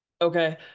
okay